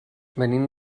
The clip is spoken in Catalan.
venim